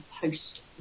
post